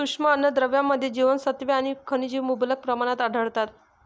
सूक्ष्म अन्नद्रव्यांमध्ये जीवनसत्त्वे आणि खनिजे मुबलक प्रमाणात आढळतात